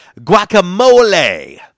guacamole